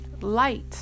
Light